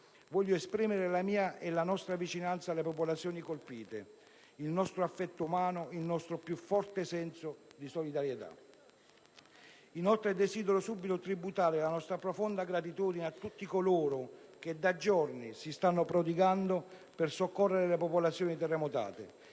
Voglio esprimere la mia e la nostra vicinanza alle popolazioni colpite, il nostro affetto umano, il nostro più forte senso di solidarietà. Desidero, inoltre, subito tributare la nostra profonda gratitudine a tutti coloro che da giorni si stanno prodigando per soccorrere le popolazioni terremotate.